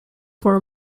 for